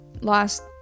last